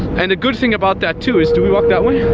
and the good thing about that too is, do we walk that way? yeah.